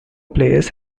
players